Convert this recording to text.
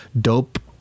dope